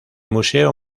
museo